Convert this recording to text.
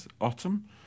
Autumn